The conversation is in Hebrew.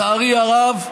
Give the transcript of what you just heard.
לצערי הרב,